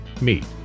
meet